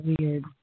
Weird